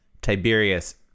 Tiberius